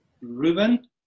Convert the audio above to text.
Ruben